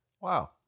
Wow